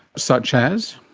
such as?